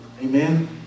Amen